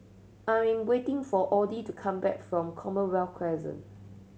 I'm waiting for Audie to come back from Commonwealth Crescent